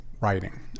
writing